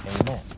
Amen